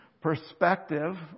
perspective